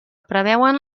preveuen